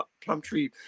Plumtree